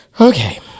Okay